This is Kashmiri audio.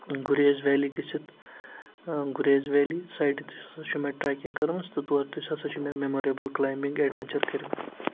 گُریز ویلی گٔژھِتھ گُریز ویلی سایڈٕ تہِ ہَسا چھُ مےٚ ٹریکِنٛگ کٔرمٕژ تہٕ تور تہِ ہَسا چھُ مےٚ میٚموریبٕل کٕلایمبِنٛگ اٮ۪ڈوٮ۪نچَر کٔرِ